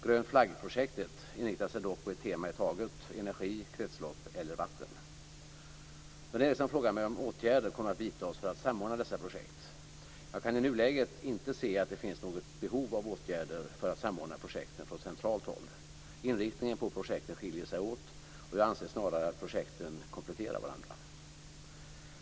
Grön Flaggprojektet inriktar sig dock på ett tema i taget - energi, kretslopp eller vatten. Dan Ericsson frågar mig om åtgärder kommer att vidtas för att samordna dessa projekt. Jag kan i nuläget inte se att det finns något behov av åtgärder för att samordna projekten från centralt håll. Inriktningen på projekten skiljer sig åt, och jag anser snarare att projekten kompletterar varandra.